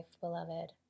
beloved